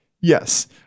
Yes